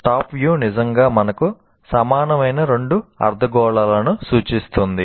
top view నిజంగా మనకు సమానమైన రెండు అర్ధగోళాలను సూచిస్తుంది